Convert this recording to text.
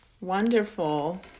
wonderful